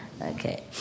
Okay